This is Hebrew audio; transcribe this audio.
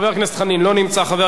חבר הכנסת יריב לוין, בבקשה,